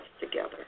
together